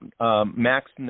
Max